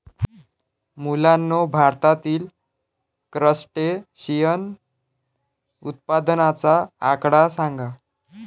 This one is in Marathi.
मुलांनो, भारतातील क्रस्टेशियन उत्पादनाचा आकडा सांगा?